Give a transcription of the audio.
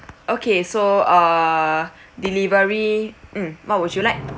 okay so uh delivery mm what would you like